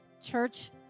Church